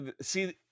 See